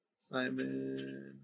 Simon